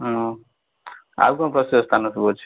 ହଁ ଆଉ କ'ଣ ପ୍ରସିଦ୍ଧ ସ୍ଥାନ ସବୁ ଅଛି